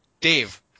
Dave